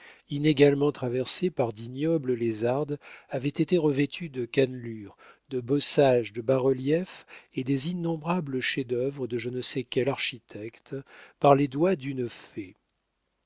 inégalement traversés par d'ignobles lézardes avaient été revêtus de cannelures de bossages de bas-reliefs et des innombrables chefs-d'œuvre de je ne sais quelle architecture par les doigts d'une fée